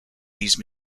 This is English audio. these